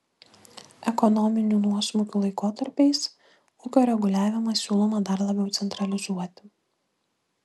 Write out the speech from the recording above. ekonominių nuosmukių laikotarpiais ūkio reguliavimą siūloma dar labiau centralizuoti